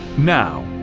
now,